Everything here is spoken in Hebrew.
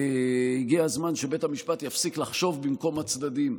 שהגיע הזמן שבית המשפט יפסיק לחשוב במקום הצדדים.